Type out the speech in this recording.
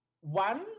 One